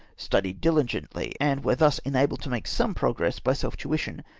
studied diligently, and were thus enabled to make some progress by self-tuition,